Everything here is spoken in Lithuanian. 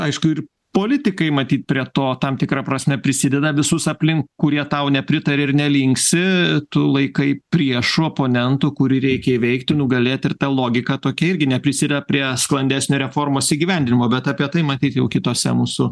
aišku ir politikai matyt prie to tam tikra prasme prisideda visus aplink kurie tau nepritaria ir nelinksi tu laikai priešu oponentu kurį reikia įveikti nugalėti ir ta logika tokia irgi neprisideda prie sklandesnio reformos įgyvendinimo bet apie tai matyt jau kitose mūsų